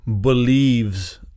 believes